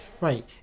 Right